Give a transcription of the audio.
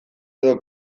edo